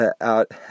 out